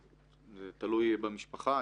זה תלוי במשפחה.